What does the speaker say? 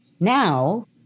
Now